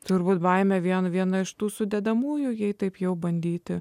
turbūt baimė vien vien viena iš tų sudedamųjų jei taip jau bandyti